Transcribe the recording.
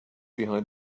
behind